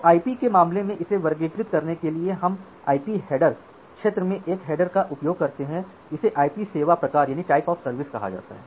तो आईपी के मामले में इसे वर्गीकृत करने के लिए हम आईपी हेडर क्षेत्र में एक हेडर का उपयोग करते हैं इसे आईपी सेवा प्रकार कहा जाता है